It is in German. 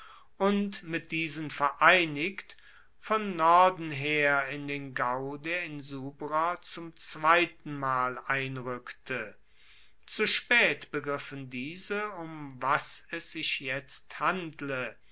und mit diesen vereinigt von norden her in den gau der insubrer zum zweitenmal einrueckte zu spaet begriffen diese um was es sich jetzt handle